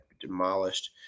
demolished